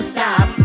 Stop